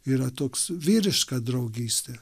yra toks vyriška draugystė